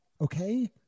Okay